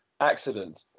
accident